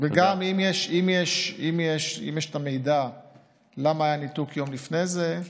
וגם, אם יש את המידע למה היה ניתוק יום לפני זה,